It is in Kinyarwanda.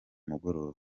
mugoroba